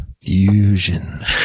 Fusion